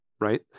right